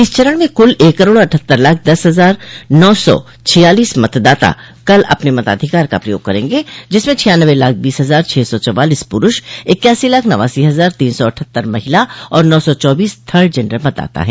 इस चरण में कुल एक करोड़ अट्ठहत्तर लाख दस हजार नौ सौ छियालीस मतदाता कल अपने मताधिकार का प्रयोग करेंगे जिसमें छियानवे लाख बीस हजार छह सौ चौवालीस पुरूष इक्यासी लाख नवासी हजार तीन सौ अट्ठहत्तर महिला और नौ सौ चौबीस थर्ड जेंडर मतदाता हैं